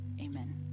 Amen